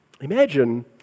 Imagine